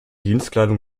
dienstkleidung